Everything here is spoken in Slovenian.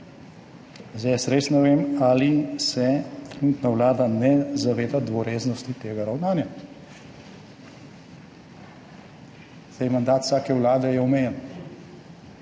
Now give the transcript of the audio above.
Zdaj jaz res ne vem, ali se trenutno vlada ne zaveda dvoreznosti tega ravnanja, saj je mandat vsake vlade omejen.